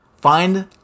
Find